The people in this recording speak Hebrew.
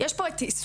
יש פה את סוגיית,